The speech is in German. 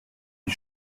die